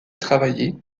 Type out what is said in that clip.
travailler